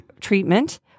treatment